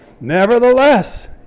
Nevertheless